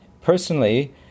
personally